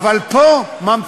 אבל הוא,